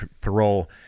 parole